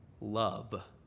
love